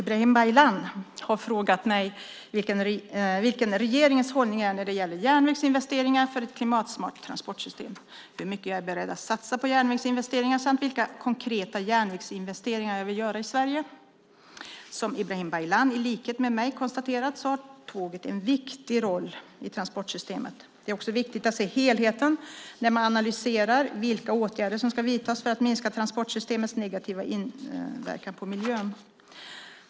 Fru talman! Ibrahim Baylan har frågat mig vilken regeringens hållning är när det gäller järnvägsinvesteringar för ett klimatsmart transportsystem, hur mycket jag är beredd att satsa på järnvägsinvesteringar samt vilka konkreta järnvägsinvesteringar jag vill göra i Sverige. Som Ibrahim Baylan i likhet med mig konstaterat så har tåget en viktig roll i transportsystemet. Det är också viktigt att se helheten när man analyserar vilka åtgärder som ska vidtas för att minska transportsystemets negativa inverkan på miljön.